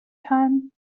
time